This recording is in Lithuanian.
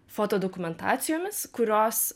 foto dokumentacijomis kurios